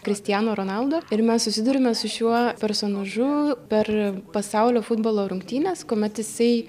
kristiano ronaldo ir mes susiduriame su šiuo personažu per pasaulio futbolo rungtynes kuomet jisai